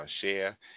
share